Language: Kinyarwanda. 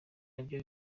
nabyo